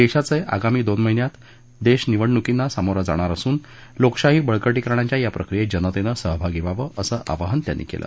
देशाचे आगामी दोन महिन्यात देश निवडणुकांना सामोरं जाणार असून लोकशाही बळकटीकरणाच्या या प्रक्रियेत जनतेनं सहभागी व्हावं असं आवाहन त्यांनी केलं